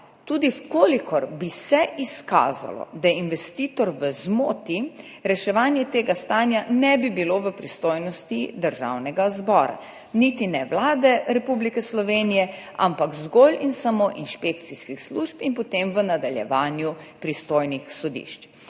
tudi če bi se izkazalo, da je investitor v zmoti, reševanje tega stanja ne bi bilo v pristojnosti Državnega zbora, niti ne Vlade Republike Slovenije, ampak zgolj in samo inšpekcijskih služb in potem v nadaljevanju pristojnih sodišč,